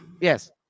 Yes